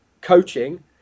coaching